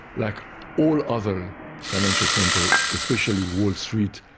like all other financial centres, especially wall street,